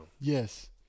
Yes